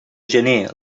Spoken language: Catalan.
gener